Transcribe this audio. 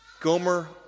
Gomer